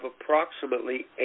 approximately